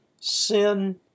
Sin